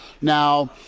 Now